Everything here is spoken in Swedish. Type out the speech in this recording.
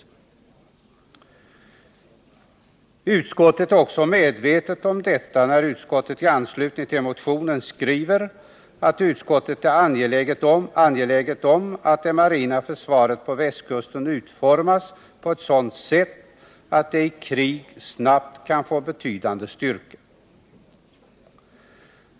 Utskottet är också medvetet om detta och skriver i anslutning till motionen att utskottet är angeläget om att det marina försvaret på västkusten utformas på ett sådant sätt att det i krig snabbt kan få betydande styrka.